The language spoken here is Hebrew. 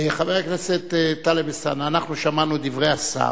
חבר הכנסת טלב אלסאנע, אנחנו שמענו את דברי השר,